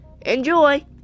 Enjoy